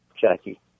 Jackie